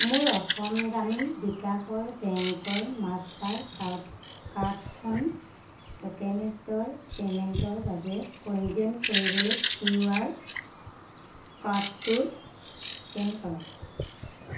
মোৰ অসম গ্ৰামীণ বিকাশৰ বেংকৰ মাষ্টাৰ কাৰ্ড কাৰ্ডখন ট'কেনিষ্টৰ পে'মেণ্টৰ বাবে পঞ্জীয়ন কৰিবলৈ কিউআৰ ক'ডটোৰ স্কেন কৰক